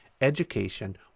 Education